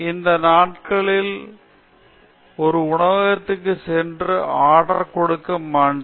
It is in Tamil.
இந்த நாட்களில் நான் ஒரு உணவகத்திற்குச் சென்றால் உடனே ஆர்டர் கொடுக்க மாண்டேன்